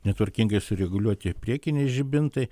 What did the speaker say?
netvarkingai sureguliuoti priekiniai žibintai